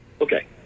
Okay